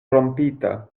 rompita